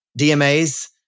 DMAs